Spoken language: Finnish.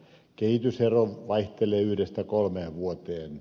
kehitysero vaihtelee yhdestä kolmeen vuoteen